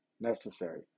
Necessary